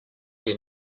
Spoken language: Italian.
che